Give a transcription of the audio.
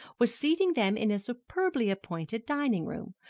was seating them in a superbly appointed dining-room.